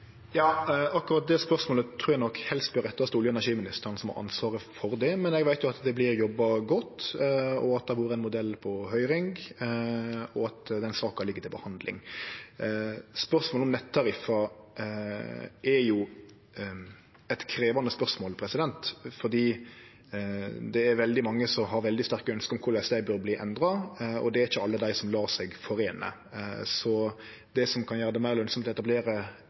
Akkurat det spørsmålet trur eg nok helst bør rettast til olje- og energiministeren, som har ansvaret for det, men eg veit jo at det vert jobba godt og at det har vore ein modell på høyring, og at den saka ligg til behandling. Spørsmålet om nettariffar er eit krevjande spørsmål, fordi det er veldig mange som har veldig sterke ønske om korleis dei bør verte endra, men det er ikkje alle dei som lèt seg foreine. Så det som kan gjere det meir lønsamt å etablere